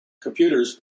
computers